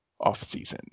offseason